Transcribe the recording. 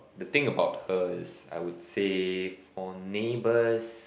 you think about her is I would say for neighbors